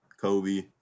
Kobe